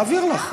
נעביר לך.